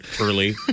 early